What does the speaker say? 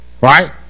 Right